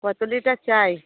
কত লিটার চাই